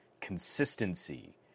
consistency